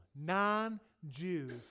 non-Jews